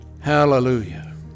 Hallelujah